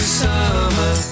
summer